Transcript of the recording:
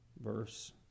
verse